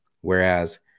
Whereas